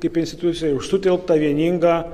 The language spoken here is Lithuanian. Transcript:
kaip institucijai už sutelktą vieningą